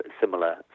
similar